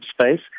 space